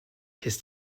his